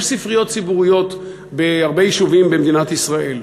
יש ספריות ציבוריות בהרבה יישובים במדינת ישראל.